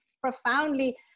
profoundly